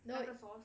no wait